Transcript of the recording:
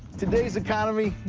today's economy,